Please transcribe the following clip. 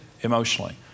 emotionally